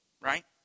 right